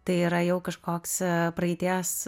tai yra jau kažkoks praeities